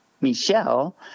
Michelle